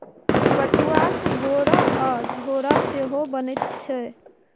पटुआक बोरा आ झोरा सेहो बनैत छै